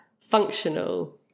functional